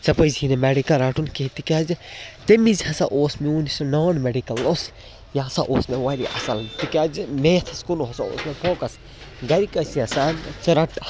ژے پَزِ ہی نہٕ مٮ۪ڈِکَل رَٹُن کیٚنٛہہ تِکیٛازِ تَمہِ وِزِ ہَسا اوس میون یُس نان مٮ۪ڈِکَل اوس یہِ ہَسا اوس مےٚ واریاہ اَصٕل تِکیٛازِ میتھَس کُن ہَسا اوس مےٚ فوکَس گَرِکۍ ٲسۍ یَژھان ژٕ رَٹ